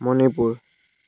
Manipur